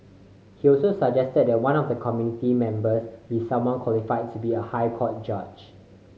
he also suggested that one of the committee members be someone qualified to be a High Court judge